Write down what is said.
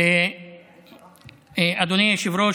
אדוני היושב-ראש,